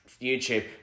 YouTube